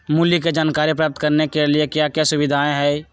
मूल्य के जानकारी प्राप्त करने के लिए क्या क्या सुविधाएं है?